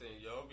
yo